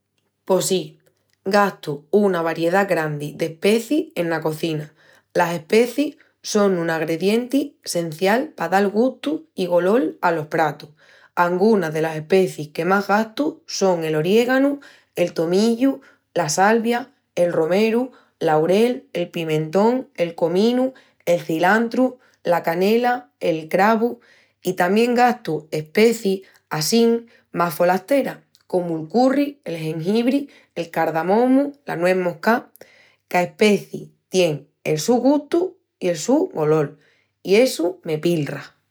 Pos sí, gastu una variedá grandi d'especis ena cozina. Las especis son un agredienti sencial pa dal gustu i golol alos pratus. Angunas delas especis que más gastu son el oriéganu, el tomillu, la salvia, el romeru, l'aurel, el pimientón, el cominu, el cilantru, la canela, el cravu... I tamién gastu especis assín más folasteras comu'l curri, el gengibri, el cardamomu, la nués moscá... Ca especi tien el su gustu i el su golol, i essu me pilra!